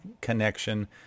connection